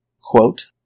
Quote